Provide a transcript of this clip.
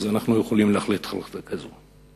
ואנחנו יכולים להחליט החלטה כזאת.